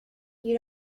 you